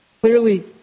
Clearly